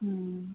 മ്മ്